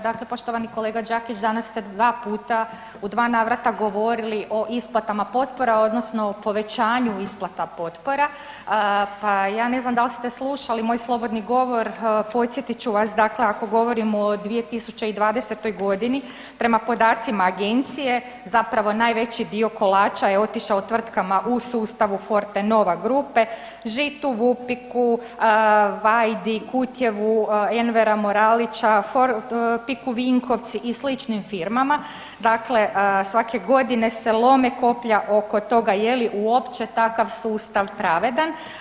Dakle, poštovani kolega Đakić danas ste dva puta u dva navrata govorili o isplatama potpora odnosno povećanju isplata potpora, pa ja ne znam da li ste slušali moj slobodni govor, podsjetit ću vas ako govorimo o 2020.g. prema podacima agencije zapravo najveći dio kolača je otišao tvrtkama u sustavu Forte Nova grupe, Žitu, Vupiku, Vajdi, Kutjevu, Envera Moralića, PIK-u Vinkovci i sličnim firmama, dakle svake godine se lome koplja oko toga je li uopće takav sustav pravedan.